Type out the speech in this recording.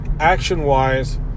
Action-wise